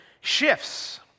shifts